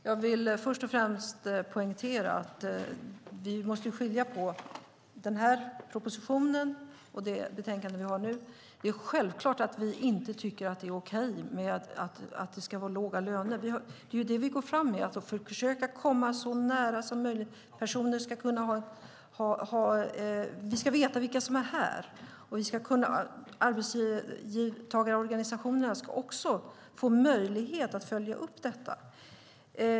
Fru talman! Jag vill först och främst poängtera att vi måste skilja på denna proposition och detta betänkande. Det är självklart att vi inte tycker att det är okej med låga löner. Det är det som vi går fram med. Vi ska veta vilka som är här, och arbetstagarorganisationerna ska också få möjlighet att följa upp detta.